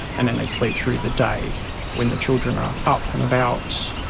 and then they'd sleep through the day when the children are ah up and about,